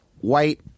white